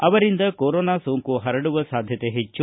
ಅವರಿಂದ ಕೊರೊನೊ ಸೋಂಕು ಪರಡುವ ಸಾಧ್ಯತೆ ಹೆಚ್ಚು